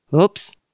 Oops